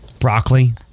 Broccoli